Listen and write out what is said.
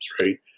right